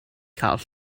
cael